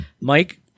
Mike